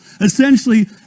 essentially